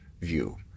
view